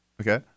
okay